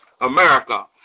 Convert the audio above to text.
America